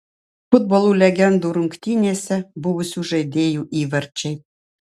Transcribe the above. futbolo legendų rungtynėse buvusių žaidėjų įvarčiai